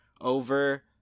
over